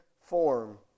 form